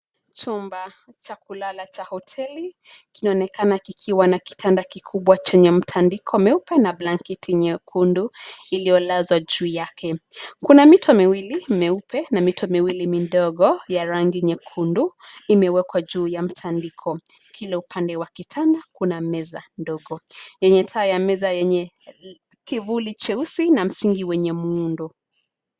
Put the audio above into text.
Chumba cha kulala cha hoteli, kinaonekana kikiwa na kitanda kikubwa chenye mtandiko meupe, na blanketi nyekundu, iliyolazwa juu yake. Kuna mito miwili meupe na mito miwili midogo ya rangi nyekundu, imewekwa juu ya mtandiko. Kila upande wa kitanda kuna meza ndogo, yenye taa ya meza yenye kivuli cheusi na msingi wenye muundo.